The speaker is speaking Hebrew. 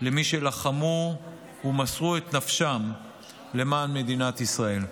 למי שלחמו ומסרו את נפשם למען מדינת ישראל.